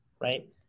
right